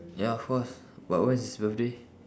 ya of course but when is his birthday